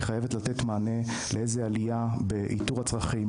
היא חייבת לתת מענה לאיזו עלייה באיתור הצרכים,